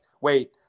wait